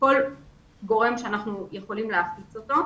כל גורם שאנחנו יכולים להפיץ דרכו.